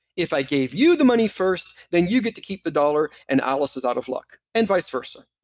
if i gave you the money first, then you get to keep the dollar and alice is out of luck. and vice versa.